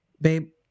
Babe